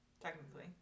Technically